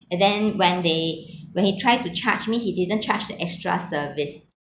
and then when they when he tried to charge me he didn't charge the extra service